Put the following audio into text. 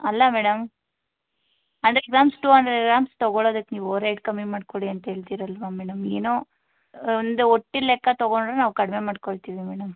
ಅಲ್ಲ madam hundred grams to hundred grams ತೊಗೊಳದಿಕ್ನೀವು rate ಕಮ್ಮಿ ಮಾಡಿಕೊಡಿ ಅಂತ ಹೇಳ್ತೀರಲ್ವಾ ಮೇಡಮ್ ಏನೋ ಒಂದು ಒಟ್ಟು ಲೆಕ್ಕ ತೊಗೊಂಡ್ರೆ ನಾವು ಕಡಿಮೆ ಮಾಡ್ಕೊಳ್ತೀವಿ ಮೇಡಮ್